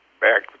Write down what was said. back